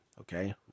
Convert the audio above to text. okay